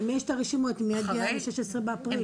למי יש את הרשימות מי הגיע מה-16 באפריל?